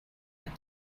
and